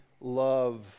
love